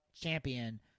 champion